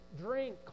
drink